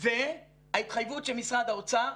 וההתחייבות של משרד האוצר,